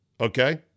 Okay